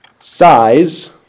size